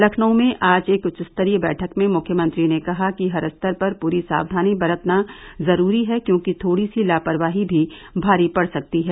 लखनऊ में आज एक उच्चस्तरीय बैठक में मुख्यमंत्री ने कहा कि हर स्तर पर पूरी सावधानी बरतना जरूरी है क्योंकि थोड़ी सी लापरवाही भी भारी पड़ सकती है